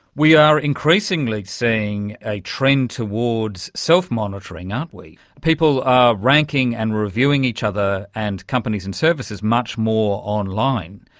we are increasingly seeing a trend towards self-monitoring, aren't we. people are ranking and reviewing each other and companies and services much more online.